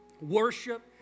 worship